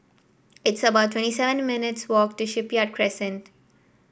it's about twenty seven minutes' walk to Shipyard Crescent